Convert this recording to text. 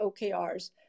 OKRs